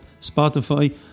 Spotify